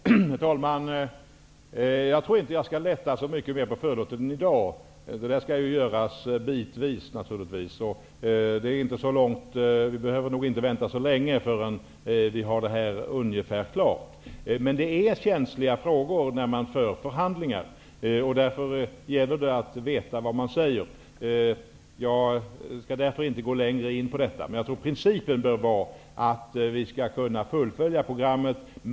Herr talman! Jag tror inte att jag i dag skall lätta så mycket mer på förlåten. Det skall göras bitvis. Väntan behöver nog inte bli så lång innan vi har det här något så när klart. Men frågorna är känsliga, och när man för förhandlingar gäller det att man vet vad man säger. Jag skall inte gå längre in på detta. Principen bör dock vara att vi skall kunna fullfölja programmet.